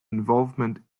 involvement